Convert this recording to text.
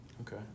Okay